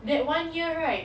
that one year right